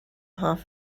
half